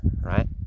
right